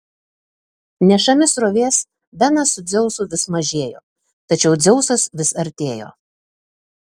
nešami srovės benas su dzeusu vis mažėjo tačiau dzeusas vis artėjo